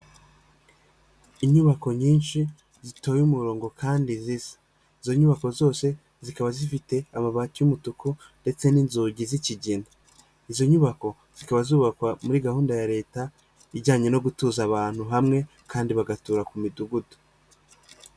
Inyubako nyinshi zitoye umurongo kandi zisa, izo nyubako zose zikaba zifite amabati y'umutuku ndetse n'inzugi zikigina, izo nyubako zikaba zubakwa muri gahunda ya leta ijyanye no gutuza abantu hamwe kandi bagatura ku midugudu.